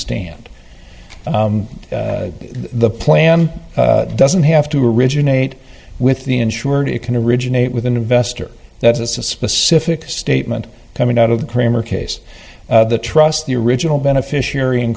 stand the plan doesn't have to originate with the insured it can originate with an investor that's a specific statement coming out of cramer case the trust the original beneficiary and